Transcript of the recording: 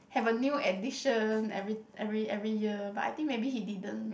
have a new edition every every every year but I think maybe he didn't